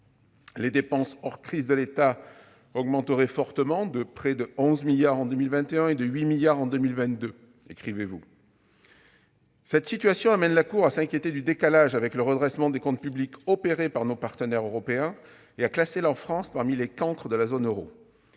Les dépenses hors crise de l'État augmenteraient fortement, de près de 11 milliards d'euros en 2021 et de 8 milliards d'euros en 2022 », écrit la Cour des comptes. Cette situation la conduit à s'inquiéter du « décalage » avec le redressement des comptes publics opéré par nos partenaires européens et à classer la France parmi les cancres de la zone euro.